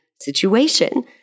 situation